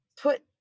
put